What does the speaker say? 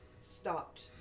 stopped